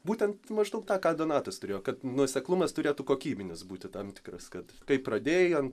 būtent maždaug tą ką donatas turėjo kad nuoseklumas turėtų kokybinis būti tam tikras kad tai pradėjai ant